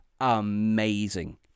amazing